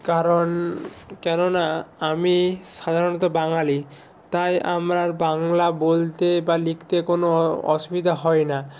কারণ কেননা আমি সাধারণত বাঙালি তাই আমার বাংলা বলতে বা লিখতে কোনও অসুবিধা হয় না